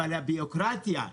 אבל הביורוקרטיה,